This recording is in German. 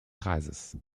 kreises